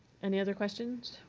any other questions?